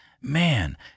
Man